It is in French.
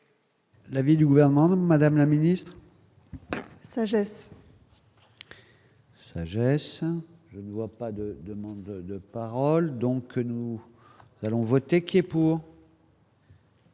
L'avis du gouvernement, Madame la Ministre. Sa jeunesse, je ne vois pas de demandes de parole, donc nous allons voter, qui est pour.